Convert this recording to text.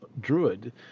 Druid